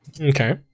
Okay